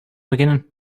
beginning